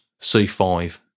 C5